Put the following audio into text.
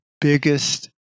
biggest